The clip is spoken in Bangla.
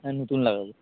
হ্যাঁ নতুন লাগাবো